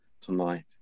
tonight